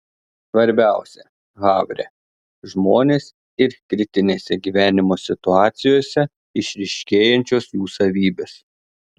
svarbiausia havre žmonės ir kritinėse gyvenimo situacijose išryškėjančios jų savybės